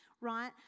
right